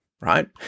right